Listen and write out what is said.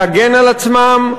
להגן על עצמם,